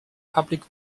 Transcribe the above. public